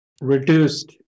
reduced